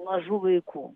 mažų vaikų